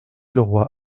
leroy